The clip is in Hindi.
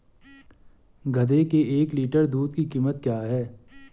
गधे के एक लीटर दूध की कीमत क्या है?